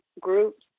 groups